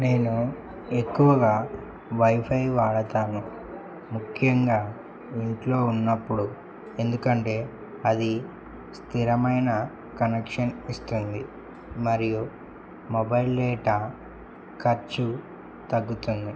నేను ఎక్కువగా వైఫై వాడతాను ముఖ్యంగా ఇంట్లో ఉన్నప్పుడు ఎందుకంటే అది స్థిరమైన కనెక్షన్ ఇస్తుంది మరియు మొబైల్ డేటా ఖర్చు తగ్గుతుంది